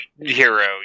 hero